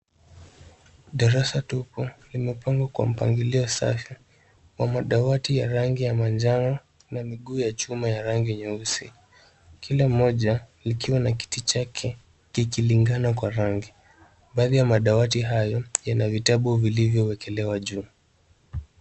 Darasa tupu imepangwa kwa mpangilio safi kwa madawati ya rangi ya manjano na miguu ya chuma ya rangi nyeusi, kila moja likiwa na kiti chake kikilingana kwa rangi. Baadhi ya madawati hayo yana vitabu vilivyowekelewa juu.